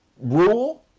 rule